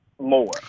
more